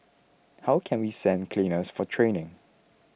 how can we send cleaners for training